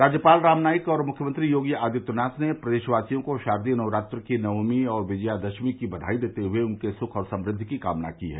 राज्यपाल राम नाईक और मुख्यमंत्री योगी आदित्यनाथ ने प्रदरेवासियों को शारदीय नवरात्र की नवमी और क्जियादशमी की बघाई देते हुए उनके सुख और समृद्धि की कामना की है